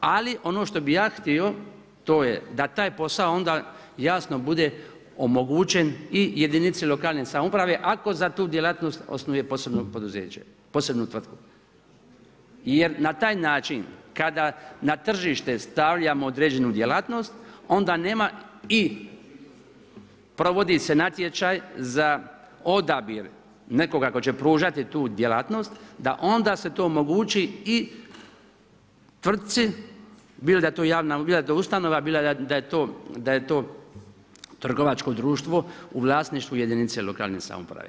Ali ono što bih ja htio to je da taj posao jasno bude omogućen i jedinici lokalne samouprave ako za tu djelatnost osnuje posebno tvrtku jer na taj način kada na tržište stavljamo određenu djelatnost onda nema i provodi se natječaj za odabir nekoga tko će pružati tu djelatnost da onda se to omogući i tvrci, bilo da je to ustanova bilo da je to trgovačko društvo u vlasništvu jedinice lokalne samouprave.